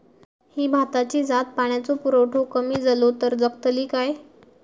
ही भाताची जात पाण्याचो पुरवठो कमी जलो तर जगतली काय?